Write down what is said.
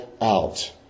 out